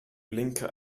blinker